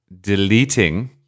deleting